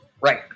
right